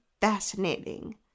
fascinating